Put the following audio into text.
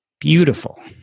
Beautiful